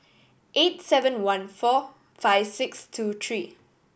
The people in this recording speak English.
eight seven one four five six two three